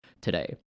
today